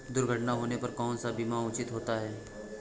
दुर्घटना होने पर कौन सा बीमा उचित होता है?